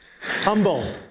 Humble